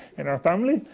in our family,